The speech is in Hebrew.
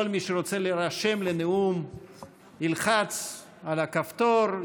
וכל מי שרוצה להירשם לנאום ילחץ על הכפתור,